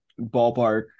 ballpark